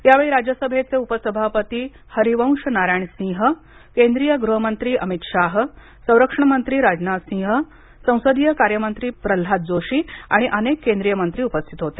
यावेळी राज्यसभेचे उपसभापती हरिवंश नारायण सिंह केंद्रीय गृहमंत्री अमित शाह संरक्षणमंत्री राजनाथसिंह संसदीय कार्यमंत्री प्रल्हाद जोशी आणि अनेक केंद्रीय मंत्री उपस्थित होते